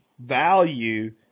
Value